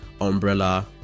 umbrella